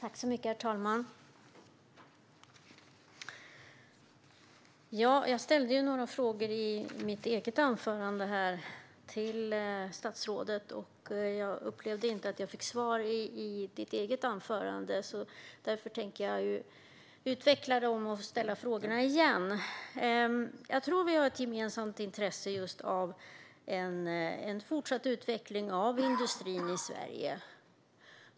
Herr talman! Jag ställde några frågor till statsrådet i mitt anförande. Jag upplevde inte riktigt att jag fick svar i ditt anförande, Mikael Damberg, så därför tänker jag utveckla frågorna och ställa dem igen. Jag tror att vi har ett gemensamt intresse av en fortsatt utveckling av industrin i Sverige.